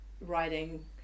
writing